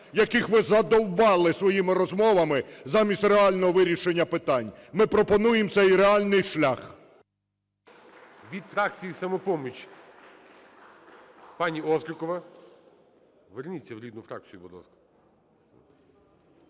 яких ви задовбали своїми розмовами замість реального вирішення питань. Ми пропонуємо цей реальний шлях. ГОЛОВУЮЧИЙ. Від фракції "Самопоміч" пані Острікова. Верніться в рідну фракцію, будь ласка.